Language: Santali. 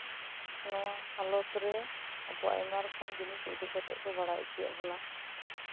ᱤᱧ ᱫᱚ ᱦᱟᱞᱚᱛᱨᱮ ᱟᱵᱚ ᱟᱭᱢᱟ ᱨᱚᱠᱚᱢ ᱩᱩᱫᱚᱜ ᱠᱟᱛᱮᱜ ᱠᱚ ᱵᱟᱲᱟᱭ ᱦᱚᱪᱚᱭᱮᱜ ᱵᱚᱱᱟ